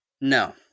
No